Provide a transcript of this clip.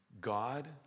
God